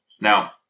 Now